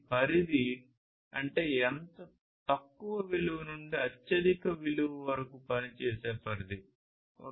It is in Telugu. పరిధి అంటే అతి తక్కువ విలువ నుండి అత్యధిక విలువ వరకు పనిచేసే పరిధి